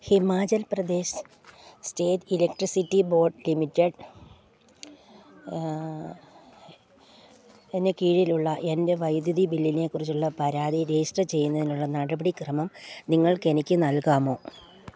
Himachal Pradesh state electricity board ലിമിറ്റഡിന് കീഴിലുള്ള എൻ്റെ വൈദ്യുതി ബില്ലിനെക്കുറിച്ചുള്ള പരാതി രജിസ്റ്റർ ചെയ്യുന്നതിനുള്ള നടപടിക്രമം നിങ്ങൾക്കെനിക്ക് നൽകാമോ